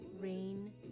rain